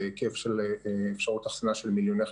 עם אפשרות אחסנה של מיליוני חיסונים.